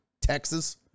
Texas